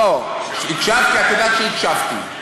הקשבתי, את יודעת שהקשבתי.